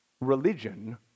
religion